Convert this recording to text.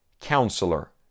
Counselor